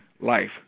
life